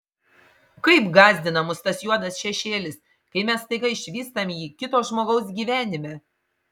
kaip gąsdina mus tas juodas šešėlis kai mes staiga išvystam jį kito žmogaus gyvenime